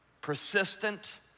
persistent